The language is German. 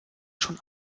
schon